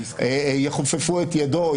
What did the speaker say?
יכופפו את ידו,